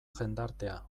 jendartea